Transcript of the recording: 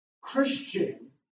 Christian